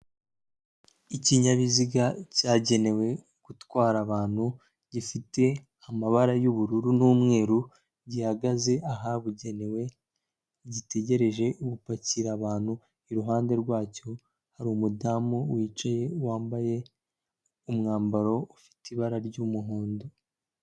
Ikinyabiziga cyagenewe gutwara abantu, gifite amabara y'ubururu n'umweru, gihagaze ahabugenewe, gitegereje gupakira abantu, iruhande rwacyo hari umudamu wicaye, wambaye umwambaro ufite ibara ry'umuhondo...